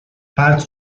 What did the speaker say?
parts